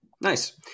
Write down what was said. Nice